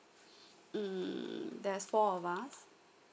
mm there's four of us